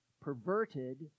perverted